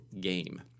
game